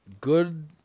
Good